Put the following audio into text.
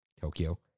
Tokyo